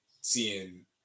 seeing